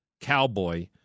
cowboy